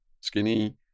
Skinny